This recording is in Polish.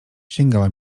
sięgała